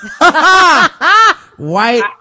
white